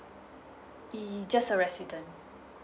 uh just a resident